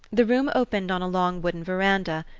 the room opened on a long wooden verandah,